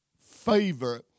favor